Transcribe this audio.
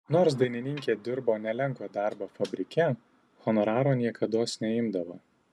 nors dainininkė dirbo nelengvą darbą fabrike honoraro niekados neimdavo